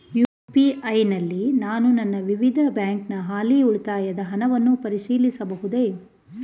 UPI ನಲ್ಲಿ ನಾನು ನನ್ನ ವಿವಿಧ ಬ್ಯಾಂಕಿನ ಹಾಲಿ ಉಳಿತಾಯದ ಹಣವನ್ನು ಪರಿಶೀಲಿಸಬಹುದೇ?